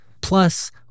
Plus